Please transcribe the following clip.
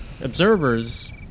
observers